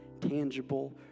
tangible